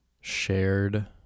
Shared